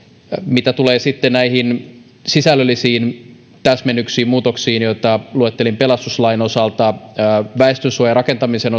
mitä tulee näihin sisällöllisiin täsmennyksiin muutoksiin joita luettelin pelastuslain osalta väestönsuojarakentamisen